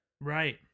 Right